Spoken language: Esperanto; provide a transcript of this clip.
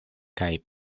kaj